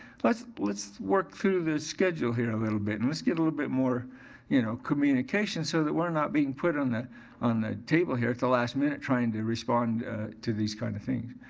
let's let's work through this schedule here a little bit and let's get a little bit more you know communication so that we're not being put on the on the table here at the last minute trying to respond to these kind of things.